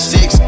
Six